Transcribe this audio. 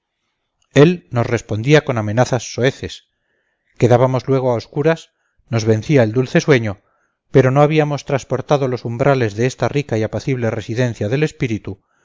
él nos respondía con amenazas soeces quedábamos luego a oscuras nos vencía el dulce sueño pero no habíamos trasportado los umbrales de esta rica y apacible residencia del espíritu